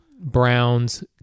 Browns